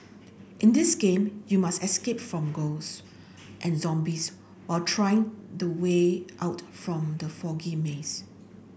in this game you must escape from ghosts and zombies while try the way out from the foggy maze